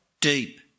deep